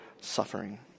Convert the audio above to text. suffering